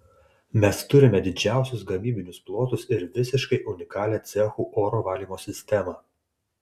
mes turime didžiausius gamybinius plotus ir visiškai unikalią cechų oro valymo sistemą